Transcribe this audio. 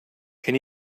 can